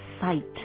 Sight